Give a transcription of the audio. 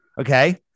okay